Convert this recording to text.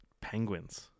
Penguins